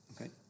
Okay